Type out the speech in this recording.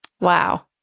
Wow